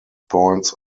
points